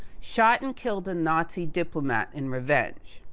shot and killed a nazi diplomat in revenge.